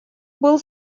был